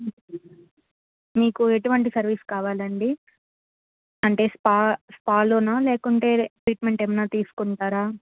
మీకు ఎటువండి సర్వీస్ కావాలండి అంటే స్పా స్పాలోన లేకుంటే ట్రీట్మెంట్ ఏమన్నా తీసుకుంటారా